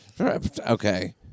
Okay